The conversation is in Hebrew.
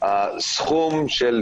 הסכום של